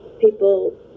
people